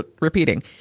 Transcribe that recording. repeating